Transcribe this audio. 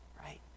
Right